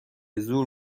زور